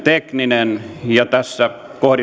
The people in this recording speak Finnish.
tekninen ja tässä kohdistetaan